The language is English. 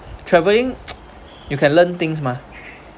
travelling you can learn things mah